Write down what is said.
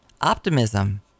optimism